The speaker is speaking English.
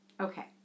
Okay